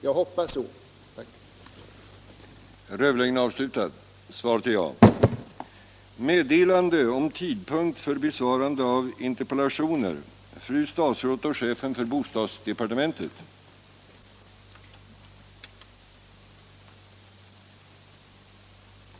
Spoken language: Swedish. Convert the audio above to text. Jag hoppas att så blir fallet.